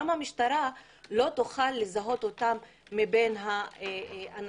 גם המשטרה לא תוכל לזהות אותם מבין האנשים.